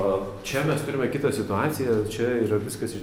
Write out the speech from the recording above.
a čia mes turime kitą situaciją čia yra viskas iš